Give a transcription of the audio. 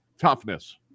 toughness